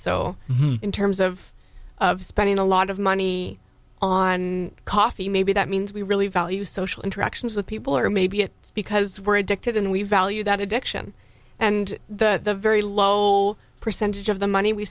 so in terms of spending a lot of money on coffee maybe that means we really value social interactions with people or maybe it is because we're addicted and we value that addiction and the very lol percentage of the money we